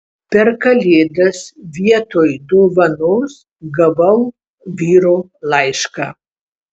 per kalėdas vietoj dovanos gavau vyro laišką